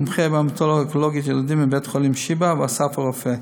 מומחה בהמטו-אונקולוגיה ילדים מבתי-החולים שיבא ואסף הרופא,